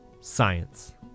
science